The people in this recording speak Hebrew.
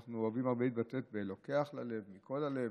אנחנו אוהבים הרבה להתבטא ב"לוקח ללב", "מכל הלב",